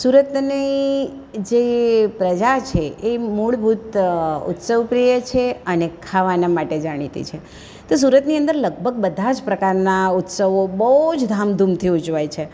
સુરતની જે પ્રજા છે એ મૂળભૂત ઉત્સવ પ્રિય છે અને ખાવાના માટે જાણીતી છે તો સુરતની અંદર લગભગ બધા જ પ્રકારના ઉત્સવો બહુ જ ધામધૂમથી ઉજવાય છે